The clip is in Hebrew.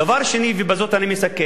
דבר שני, ובזאת אני מסכם,